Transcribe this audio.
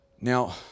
Now